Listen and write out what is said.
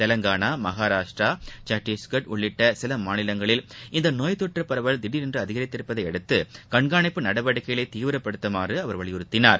தெலங்கானா மகாராஷ்டிரா சத்தீஸ்கா் உள்ளிட்ட சில மாநிலங்களில் இந்த நோய் தொற்று பரவல் திடீரென்று அதிகரித்துள்ளதை அடுத்து கண்காணிப்பு நடவடிக்கைகளை தீவிரப்படுத்துமாறு அவர் வலியுறுத்தியுள்ளார்